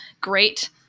great